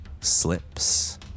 slips